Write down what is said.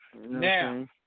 Now